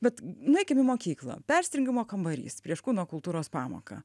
bet nueikim į mokyklą persirengimo kambarys prieš kūno kultūros pamoką